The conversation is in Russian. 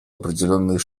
определенные